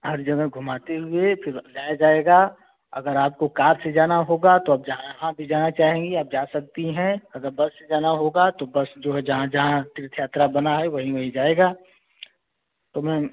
हर जगह घुमाते हुए फिर जाया जाएगा अगर आपको कार से जाना होगा तो आप जहाँ भी जाना चाहेंगी आप जा सकती हैं अगर बस से जाना होगा तो बस जो है जहाँ जहाँ तीर्थ यात्रा बनी है वहीं वहीं जाएगा तो मैम